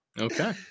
Okay